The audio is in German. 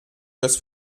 fürs